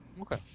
Okay